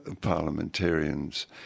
parliamentarians